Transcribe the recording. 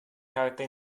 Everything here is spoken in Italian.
carte